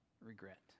regret